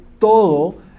todo